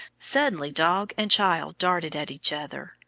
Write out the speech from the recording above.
suddenly dog and child darted at each other,